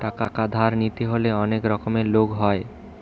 টাকা ধার নিতে হলে অনেক রকমের লোক হয়